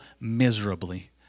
miserably